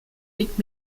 liegt